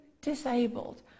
disabled